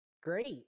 great